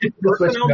Personnel